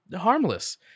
harmless